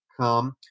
come